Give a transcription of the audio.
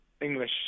English